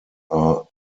are